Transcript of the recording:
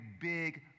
big